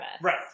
Right